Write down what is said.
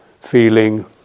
feeling